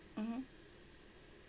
mmhmm